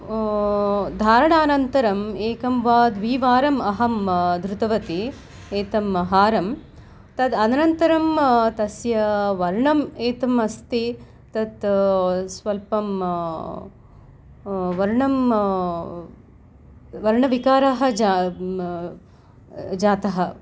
धारनानन्तरम् एकं वा द्विवाराम् अहं धृतवती एतं हारं तद् अनन्तरं तस्य वर्णम् एतम् अस्ति तत् स्वल्पं वर्णं वर्णविकारः ज जातः